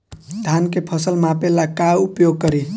धान के फ़सल मापे ला का उपयोग करी?